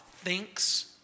thinks